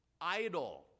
idle